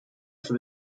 for